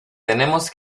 tenemos